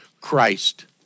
Christ